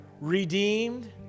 redeemed